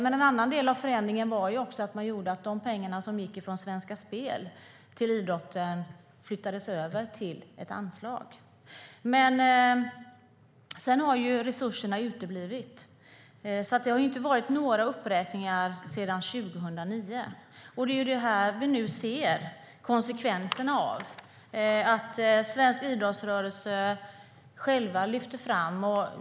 En annan förändring var att pengarna som gick från Svenska Spel till idrotten flyttades över till ett anslag. Sedan har resurserna dock uteblivit. Det har inte varit några uppräkningar sedan 2009. Och det ser vi nu konsekvenserna av. Svensk idrottsrörelse lyfter själva fram det.